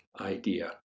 idea